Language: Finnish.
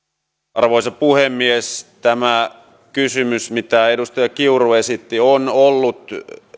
arvoisa puhemies tämä kysymys mitä edustaja kiuru esitti on ollut